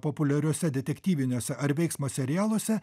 populiariuose detektyviniuose ar veiksmo serialuose